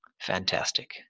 fantastic